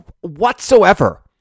whatsoever